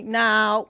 now